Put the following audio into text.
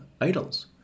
idols